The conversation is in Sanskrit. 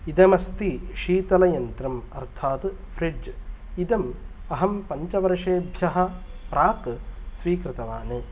इदम् अस्ति शीतलयन्त्रं अर्थात् फ्रिज् इदम् अहम् पञ्चवर्षेभ्यः प्राक् स्वीकृतवान्